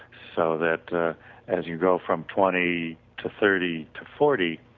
so that as you go from twenty to thirty to forty,